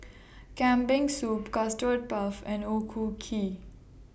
Kambing Soup Custard Puff and O Ku Kueh